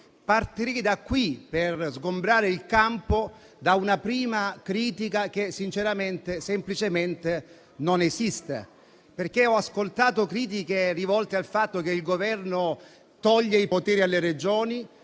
Partirei da qui per sgombrare il campo da una prima critica che semplicemente non esiste. Ho ascoltato critiche rivolte al fatto che il Governo toglie i poteri alle Regioni